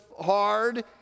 hard